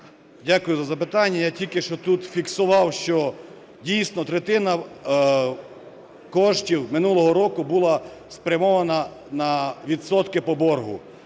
Дякую за запинання. Я тільки що тут фіксував, що, дійсно, третина коштів минулого року була спрямована на відсотки по боргу.